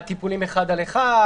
תיקונים 1 על 1,